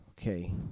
Okay